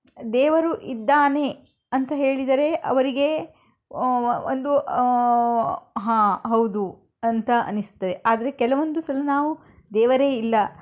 ದೇವರು ಇದ್ದಾನೆ ಅಂತ ಹೇಳಿದರೆ ಅವರಿಗೆ ಒಂದು ಹಾ ಹೌದು ಅಂತ ಅನಿಸ್ತದೆ ಆದರೆ ಕೆಲವೊಂದು ಸಲ ನಾವು ದೇವರೇ ಇಲ್ಲ